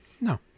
No